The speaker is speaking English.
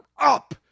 up